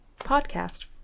podcast